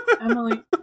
Emily